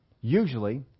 Usually